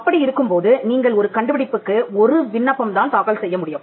அப்படியிருக்கும் போது நீங்கள் ஒரு கண்டுபிடிப்புக்கு ஒரு விண்ணப்பம் தான் தாக்கல் செய்ய முடியும்